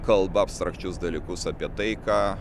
kalba abstrakčius dalykus apie taiką